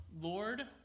Lord